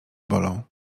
bolą